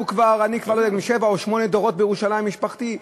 אני כבר שבעה או שמונה דורות בירושלים, משפחתי.